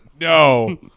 No